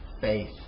faith